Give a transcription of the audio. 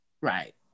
Right